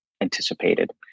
anticipated